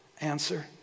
answer